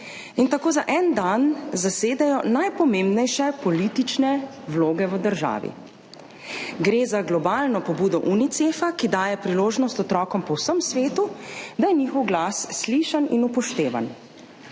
in tako za en dan zasedejo najpomembnejše politične vloge v državi. Gre za globalno pobudo Unicefa, ki daje priložnost otrokom po vsem svetu, da je njihov glas slišan in upoštevan.